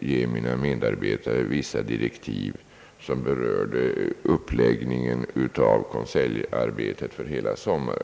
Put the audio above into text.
ge mina medarbetare vissa direktiv som berörde uppläggningen av konseljarbetet för hela sommaren.